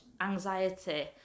anxiety